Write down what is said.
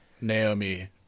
Naomi